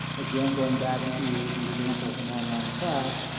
again, going back to the example of an online class,